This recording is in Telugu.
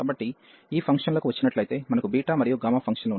కాబట్టి ఈ ఫంక్షన్లకు వచ్చినట్లయితే మనకు బీటా మరియు గామా ఫంక్షన్లు ఉన్నాయి